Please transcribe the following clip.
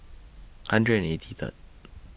hundred and eighty Third